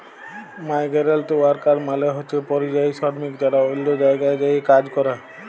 migrant worker মালে হছে পরিযায়ী শরমিক যারা অল্য জায়গায় যাঁয়ে কাজ ক্যরে